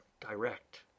direct